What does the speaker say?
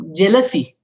jealousy